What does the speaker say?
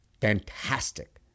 fantastic